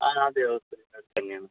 ആ ആദ്യ റോ തന്നെയാണ്